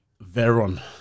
Veron